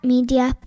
Media